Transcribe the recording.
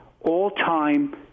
all-time